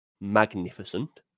magnificent